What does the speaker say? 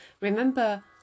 remember